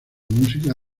música